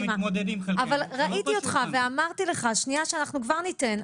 אבל ראיתי אותך ואמרתי לך שנייה שאנחנו כבר ניתן,